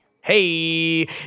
Hey